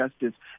justice